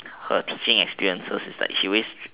her teaching experiences is like she always